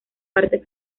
parte